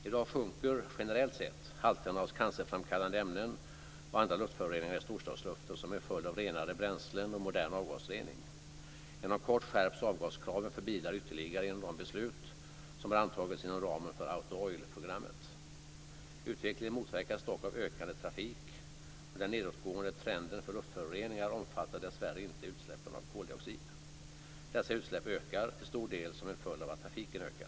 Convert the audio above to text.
I dag sjunker generellt sett halterna av cancerframkallande ämnen och andra luftföroreningar i storstadsluften som en följd av renare bränslen och modern avgasrening. Inom kort skärps avgaskraven för bilar ytterligare genom de beslut som har antagits inom ramen för Utvecklingen motverkas dock av ökande trafik, och den nedåtgående trenden för luftföroreningar omfattar dessvärre inte utsläppen av koldioxid. Dessa utsläpp ökar, till stor del som en följd av att trafiken ökar.